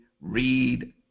read